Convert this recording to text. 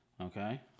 Okay